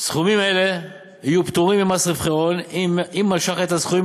סכומים אלה יהיו פטורים ממס רווחי הון אם משך את הסכומים